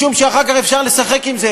משום שאחר כך אפשר לשחק עם זה.